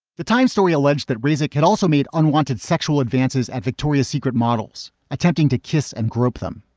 the times story alleged that rasekh had also made unwanted sexual advances at victoria's secret models attempting to kiss and grope them.